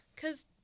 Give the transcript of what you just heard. Cause